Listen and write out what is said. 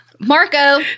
Marco